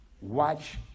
watch